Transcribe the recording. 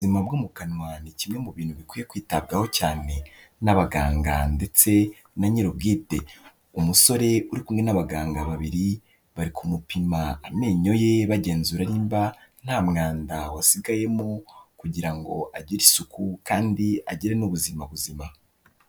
Ubuzima bwo mu kanwa ni kimwe mu bintu bikwiye kwitabwaho cyane, n'abaganga ndetse na nyir'ubwite, umusore uri kumwe n'abaganga babiri, bari kumupima amenyo ye bagenzura nimba nta mwanda wasigayemo, kugira ngo agire isuku kandi agire n'ubuzima buzima.